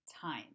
time